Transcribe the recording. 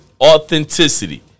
authenticity